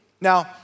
Now